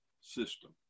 system